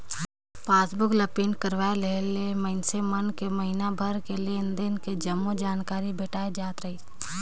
passbook ला print करवाये लेहे ले मइनसे मन के महिना भर के लेन देन के जम्मो जानकारी भेटाय जात रहीस